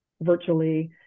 virtually